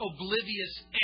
oblivious